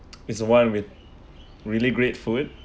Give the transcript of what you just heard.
it's the one with really great food